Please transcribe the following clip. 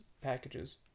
packages